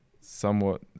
somewhat